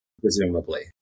presumably